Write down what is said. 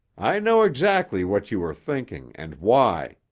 i know exactly what you were thinking and why.